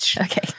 okay